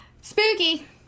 Spooky